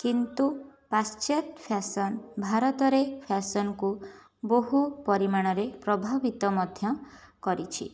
କିନ୍ତୁ ପାଶ୍ଚାତ୍ ଫ୍ୟାସନ ଭାରତରେ ଫ୍ୟାସନକୁ ବହୁ ପରିମାଣରେ ପ୍ରଭାବିତ ମଧ୍ୟ କରିଛି